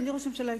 אדוני ראש הממשלה,